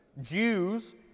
Jews